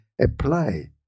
apply